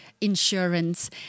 insurance